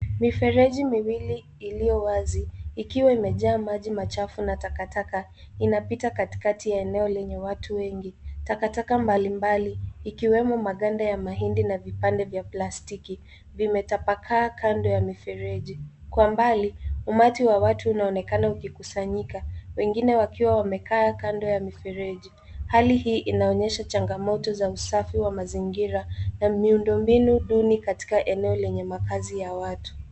Mifereji miwili iliyo wazi, ikiwa imejaa maji machafu na takataka, inapita katikati ya eneo lenye watu wengi. Takataka mbalimbali, ikiwemo maganda ya mahindi na vipande vya plastiki, vimetapakaa kando ya mifereji. Kwa mbali, umati wa watu unaonekana ukikusanyika, wengine wakiwa wamekaa kando ya mifereji. Hali hii inaonyesha changamoto za usafi wa mazingira na miundo mbinu duni katika eneo lenye makazi ya watu.